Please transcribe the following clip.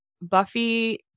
Buffy